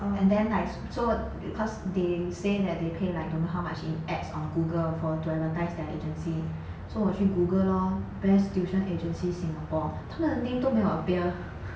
and then like so because they say that they pay like don't know how much in ads on google for to advertise their agency so 我去 google lor best tuition agency singapore 他们的 name 都没有 appear